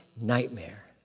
nightmare